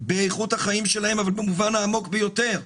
באיכות החיים שלהם אבל במובן העמוק ביותר.